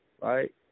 Right